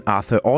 Arthur